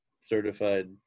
certified